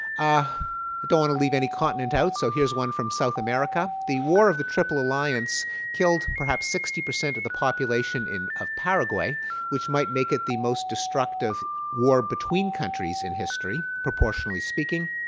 ah i don't want to leave any continent out so here's one from south america. the war of the triple alliance killed perhaps sixty percent of the population of paraguay which might make it the most destructive war between countries in history, proportionally speaking.